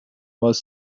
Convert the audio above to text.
was